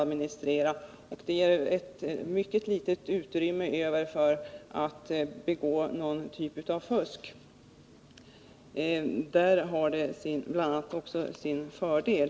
Det ger ett ytterst litet utrymme för att begå någon typ av fusk, och bl.a. däri har det sin fördel.